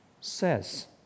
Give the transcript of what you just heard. says